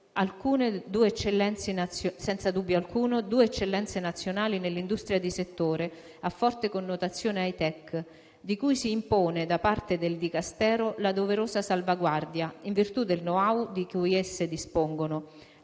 alcuno, due eccellenze nazionali nell'industria di settore a forte connotazione *hi-tech*, di cui si impone da parte del Dicastero la doverosa salvaguardia in virtù del *know how* di cui esse dispongono,